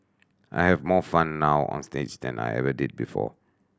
I have more fun now onstage than I ever did before